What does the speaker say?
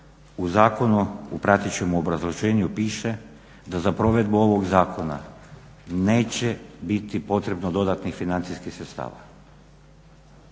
u zakonu, u pratećem obrazloženju piše da za provedbu ovog zakona neće biti potrebno dodatnih financijskih sredstava,